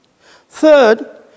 Third